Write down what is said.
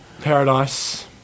Paradise